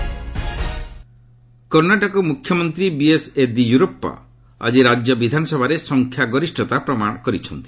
କର୍ଣ୍ଣାଟକ କର୍ଷ୍ଣାଟକ ମୁଖ୍ୟମନ୍ତ୍ରୀ ବିଏସ୍ ୟେଦିୟୁରାପ୍ପା ଆଜି ରାଜ୍ୟ ବିଧାନସଭାରେ ସଂଖ୍ୟା ଗରିଷତା ପ୍ରମାଣ କରିଛନ୍ତି